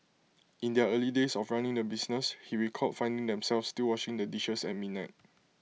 in their early days of running the business he recalled finding themselves still washing the dishes at midnight